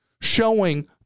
showing